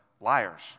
liars